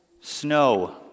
snow